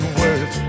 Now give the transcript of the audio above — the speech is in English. words